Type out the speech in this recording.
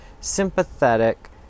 sympathetic